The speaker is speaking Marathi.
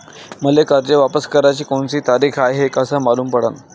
मले कर्ज वापस कराची कोनची तारीख हाय हे कस मालूम पडनं?